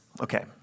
Okay